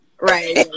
Right